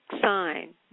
sign